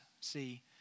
see